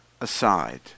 aside